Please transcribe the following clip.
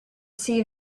see